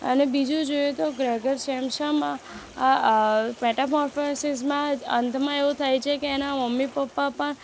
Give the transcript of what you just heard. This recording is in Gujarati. અને બીજું જોઈએ તો ગ્રેગર સેમસામાં મેટામોરફસીસમાં અંતમાં એવું થાય છે કે એના મમ્મી પપ્પા પણ